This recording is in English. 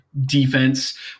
defense